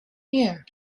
here